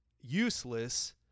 useless